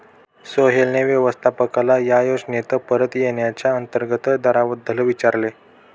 सोहेलने व्यवस्थापकाला या योजनेत परत येण्याच्या अंतर्गत दराबद्दल विचारले